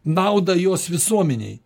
naudą jos visuomenei